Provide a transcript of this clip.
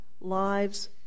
Lives